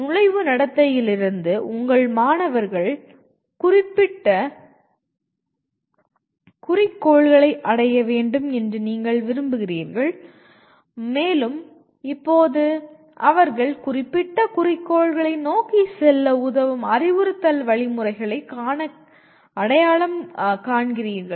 நுழைவு நடத்தையிலிருந்து உங்கள் மாணவர்கள் கூறப்பட்ட குறிக்கோள்களை அடைய வேண்டும் என்று நீங்கள் விரும்புகிறீர்கள் மேலும் இப்போது அவர்கள் குறிப்பிட்ட குறிக்கோள்களை நோக்கிச் செல்ல உதவும் அறிவுறுத்தல் வழிமுறைகளை அடையாளம் காண்கிறீர்கள்